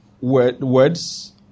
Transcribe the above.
words